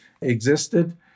existed